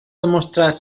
demostrat